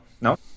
No